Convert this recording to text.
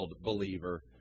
Believer